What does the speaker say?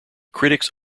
critics